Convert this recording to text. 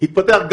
זה הפתרון.